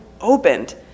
opened